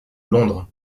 londres